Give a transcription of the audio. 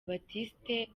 baptiste